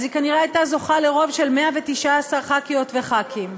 אז היא כנראה הייתה זוכה לרוב של 119 ח"כיות וח"כים.